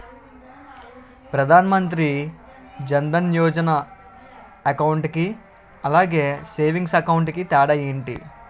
Pradhan Mantri Jan Dhan Yojana account కి అలాగే savings account కి తేడా ఏంటి?